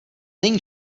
není